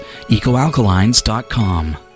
EcoAlkalines.com